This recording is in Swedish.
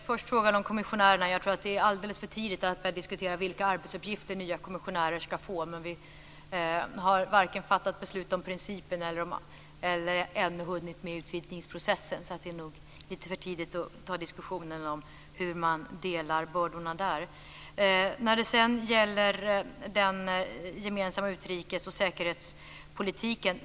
Fru talman! Jag tror att det är alldeles för tidigt att diskutera vilka arbetsuppgifter nya kommissionärer ska få. Vi har varken fattat beslut om principen eller hunnit med utvidgningsprocessen ännu. Det är nog lite för tidigt att diskutera hur man delar bördorna där. Sedan gällde det den gemensamma utrikes och säkerhetspolitiken.